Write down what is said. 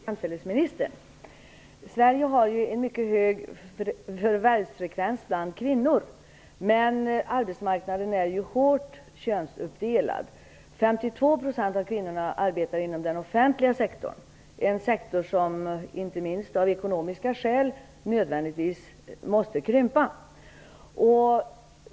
Herr talman! Jag vill ställa en fråga till jämställdhetsministern. Sverige har en mycket hög förvärvsfrekvens bland kvinnor. Men arbetsmarknaden är hårt könsuppdelad. 52 % av kvinnorna arbetar inom den offentliga sektorn, en sektor som inte minst av ekonomiska skäl nödvändigtvis måste krympa.